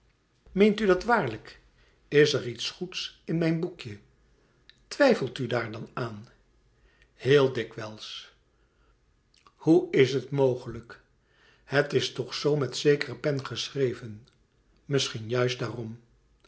meent u dat waarlijk is er iets goeds in mijn boekje twijfelt u daar dan aan heel dikwijls hoe is het mogelijk het is toch zoo met zekere pen geschreven misschien juist daarom